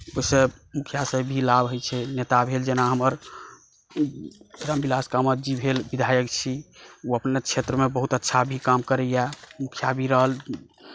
ओहिसे मुखिया सभ भी लाभ होइ छै नेता भेल जेना हमर विक्रम विकास कामत जी भेल विधायक छी ओ अपने क्षेत्रमे बहुत अच्छा भी काम करैए मुखिया भी रहल